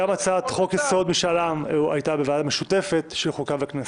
גם הצעת חוק-יסוד: משאל עם הייתה בוועדה משותפת של חוקה וכנסת.